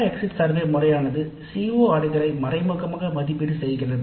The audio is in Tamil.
எக்ஸிட் சர்வே முறையானது பாடத்திட்டத்தின் குறிக்கோளை மறைமுகமாக மதிப்பீடு செய்கிறது